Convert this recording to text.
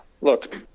Look